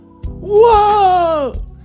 whoa